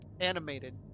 animated